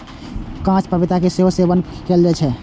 कांच पपीता के सेहो सेवन कैल जाइ छै